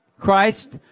Christ